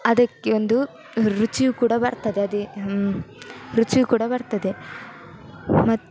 ಅದಕ್ಕೆ ಒಂದು ರುಚಿಯು ಕೂಡ ಬರ್ತದೆ ಅದೇ ರುಚಿಯು ಕೂಡ ಬರ್ತದೆ ಮತ್ತು